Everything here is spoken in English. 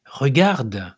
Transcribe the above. Regarde